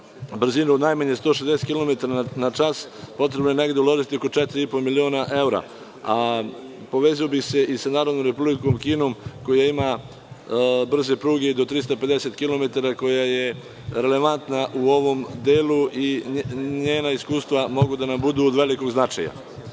brzinu od najmanje 160 kilometara na čas, potrebno je uložiti oko 4,5 miliona evra. Povezao bih se i sa Narodnom Republikom Kinom koja ima brze pruge i do 350 kilometara koja je relevantna u ovom delu i njena iskustva mogu da nam budu od velikog značaja. Drugi